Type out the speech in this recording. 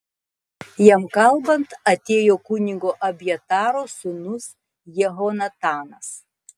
jam kalbant atėjo kunigo abjataro sūnus jehonatanas